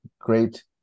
great